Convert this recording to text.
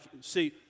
See